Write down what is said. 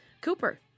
Cooper